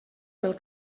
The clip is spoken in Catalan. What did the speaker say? pel